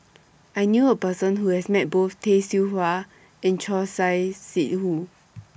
I knew A Person Who has Met Both Tay Seow Huah and Choor Singh Sidhu